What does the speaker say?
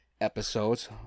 episodes